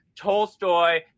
Tolstoy